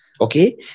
okay